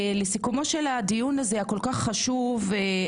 לסיכומו של דיון כל כך חשוב זה,